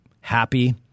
happy